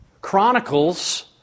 Chronicles